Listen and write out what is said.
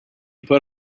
put